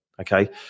okay